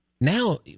now